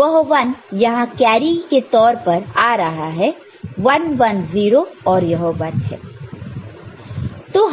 वह 1 यहां कैरी के तौर पर आ रहा है 1 1 0 और यह 1 है